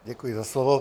Děkuji za slovo.